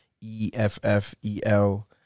E-F-F-E-L